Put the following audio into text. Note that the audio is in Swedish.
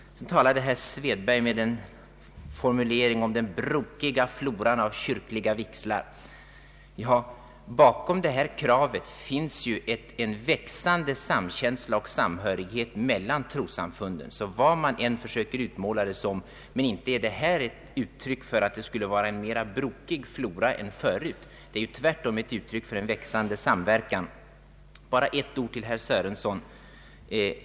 Herr Erik Svedberg talade om »den brokiga floran av kyrkliga vigslar». Ja, bakom detta krav finns ju en växlande samkänsla och samhörighet mellan trossamfunden. Vad man än försöker utmåla det som, inte är detta ett uttryck för en mera brokig flora än förut. Det är tvärtom ett uttryck för en växande samverkan. Bara ett ord till herr Sörenson.